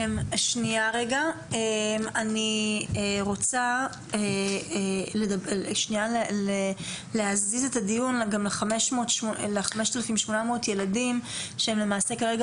אני רוצה להסיט את הדיון גם ל-5,800 ילדים שלמעשה כרגע